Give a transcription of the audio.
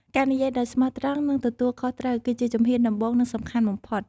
ការនិយាយដោយស្មោះត្រង់ និងទទួលខុសត្រូវ គឺជាជំហានដំបូង និងសំខាន់បំផុត។